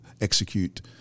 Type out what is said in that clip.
execute